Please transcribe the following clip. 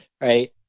right